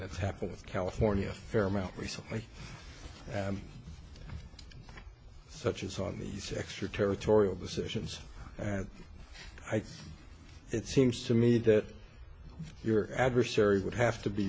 that's happened with california fairmount recently and such as on these extra territorial decisions and i think it seems to me that your adversary would have to be